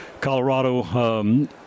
Colorado